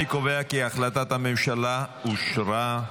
אני קובע כי החלטת הממשלה אושרה.